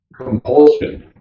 compulsion